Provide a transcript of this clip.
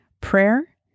prayer